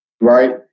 right